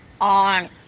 on